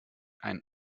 einen